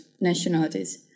nationalities